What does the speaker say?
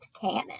canon